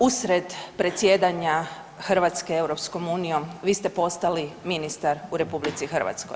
U usred predsjedanja Hrvatske EU-om vi ste postali ministar u RH.